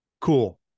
cool